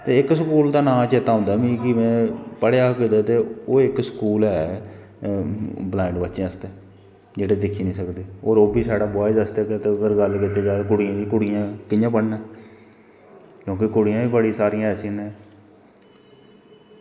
ते इक स्कूल दा नांऽ चेत्ता औंदा मिगी कि में पढ़ेआ हा कुतै ते ओह् इक स्कूल है बलाईंड़ बच्चें आस्तै जेह्ड़े दिक्खी नी सकदे ओह् ते ओह्बी छड़ा बॉएस आस्तै ते अगर गल्ल कीती जाए कुड़ियें दी ते कुड़ियैं कियां पढ़ना क्योंकि कुड़ियां बी बड़ियां सारियां ऐसियां न